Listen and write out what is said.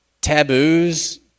taboos